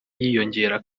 yiyongera